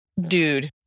dude